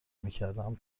میکردم